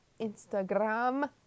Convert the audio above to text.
Instagram